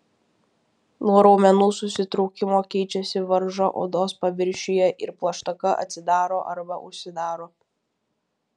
nuo raumenų susitraukimo keičiasi varža odos paviršiuje ir plaštaka atsidaro arba užsidaro